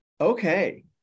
okay